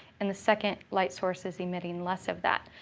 and the second light source is emitting less of that.